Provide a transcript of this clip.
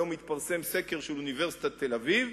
היום התפרסם סקר של אוניברסיטת תל-אביב,